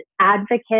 advocate